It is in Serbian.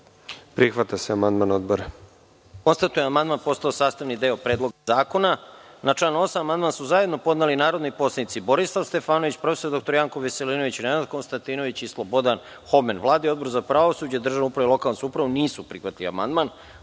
Prihvata se amandman Odbora.